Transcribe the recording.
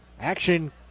action